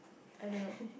I don't know